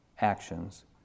actions